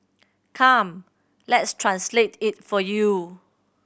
come let's translate it for you